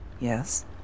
Yes